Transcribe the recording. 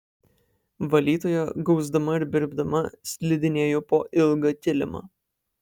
valytoja gausdama ir birbdama slidinėjo po ilgą kilimą